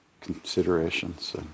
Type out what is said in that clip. considerations